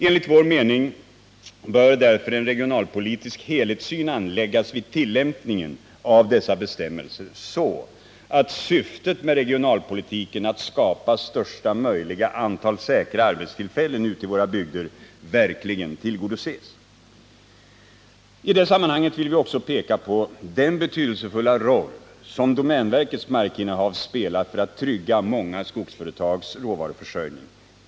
Enligt vår mening bör därför en regionalpolitisk helhetssyn anläggas vid tillämpningen av dessa bestämmelsr, så att syftet med regionalpolitiken, att skapa största möjliga antal säkra arbetstillfällen ute i våra bygder, verkligen tillgodoses. I det sammanhanget vill vi också peka på den betydelsefulla roll som domänverkets markinnehav spelar för att trygga många skogsföretags råvaruförsörjning.